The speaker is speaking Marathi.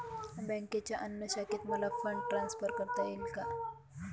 बँकेच्या अन्य शाखेत मला फंड ट्रान्सफर करता येईल का?